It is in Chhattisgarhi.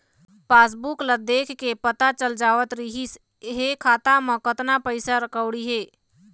पासबूक ल देखके पता चल जावत रिहिस हे खाता म कतना पइसा कउड़ी हे